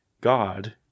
God